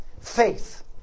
Faith